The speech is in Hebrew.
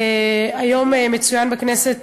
היום מצוין בכנסת